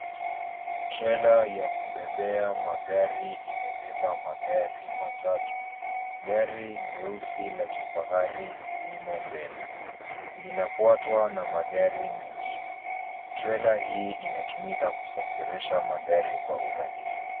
Trela ya kubeba magari imebeba magari matatu. Gari jeusi la kifahari kilimo mbele linafuatwa na magari mengine. Trela hii inatumika kusafirisha magari kwa urahisi.